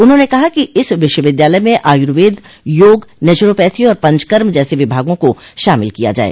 उन्होंने कहा कि इस विश्वविद्यालय में आयुर्वेद योग नेचरोपैथी और पंचकर्म जैसे विभागों को शामिल किया जाये